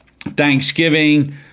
Thanksgiving